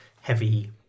heavy